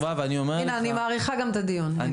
והנה אני מאריכה גם את הדיון לא יהיה לחץ.